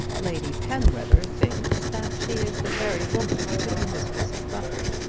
lady penwether thinks that she is the very woman to be mistress of rufford,